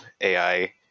AI